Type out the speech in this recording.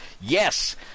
Yes